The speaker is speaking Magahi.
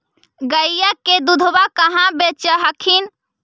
गईया के दूधबा कहा बेच हखिन?